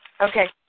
okay